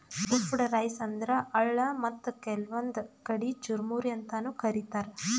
puffed rice ಅಂದ್ರ ಅಳ್ಳ ಮತ್ತ್ ಕೆಲ್ವನ್ದ್ ಕಡಿ ಚುರಮುರಿ ಅಂತಾನೂ ಕರಿತಾರ್